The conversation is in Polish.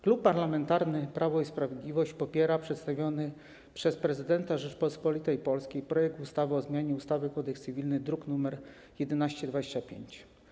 Klub Parlamentarny Prawo i Sprawiedliwość popiera przedstawiony przez prezydenta Rzeczypospolitej Polskiej projekt ustawy o zmianie ustawy Kodeks cywilny, druk nr 1125.